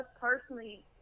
personally